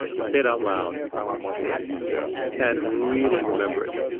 and say it out loud less than zero and really remember it,